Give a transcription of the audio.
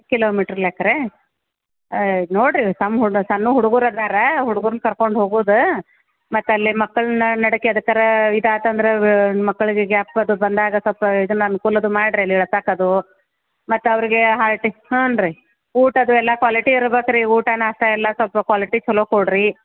kilometre ಲೆಕ್ಕರೇ ಏಯ್ ನೋಡಿರಿ ಸಮ್ ಹುಡುಗ ಸಣ್ಣ ಹುಡ್ಗುರು ಇದಾರೆ ಹುಡ್ಗುರ್ನ ಕರ್ಕೊಂಡು ಹೋಗೋದಾ ಮತ್ತೆ ಅಲ್ಲೇ ಮಕ್ಕಳನ್ನ ನಡುಕ್ ಯಾವ್ದಕಾರೂ ಇದು ಆತಂದ್ರೆ ಮಕ್ಕಳಿಗೆ ಬಂದಾಗ ಸ್ವಲ್ಪ ಇದನ್ನು ಅನ್ಕೂಲದ್ದು ಮಾಡಿರಿ ಅಲ್ಲಿ ಎತ್ತಾಕೋದು ಮತ್ತು ಅವ್ರಿಗೆ ಹಾಲ್ಟಿಗೆ ಹ್ಞೂ ರೀ ಊಟದ್ದು ಎಲ್ಲ ಕ್ವಾಲಿಟಿ ಇರ್ಬೇಕ್ ರೀ ಊಟ ನಾಷ್ಟ ಎಲ್ಲ ಸ್ವಲ್ಪ ಕ್ವಾಲಿಟಿ ಚೊಲೋ ಕೊಡಿ ರೀ